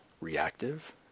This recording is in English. reactive